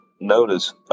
Notice